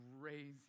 crazy